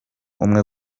umwe